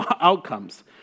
outcomes